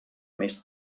més